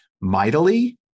mightily